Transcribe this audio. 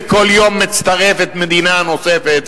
וכל יום מצטרפת מדינה נוספת